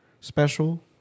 special